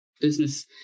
business